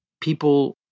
people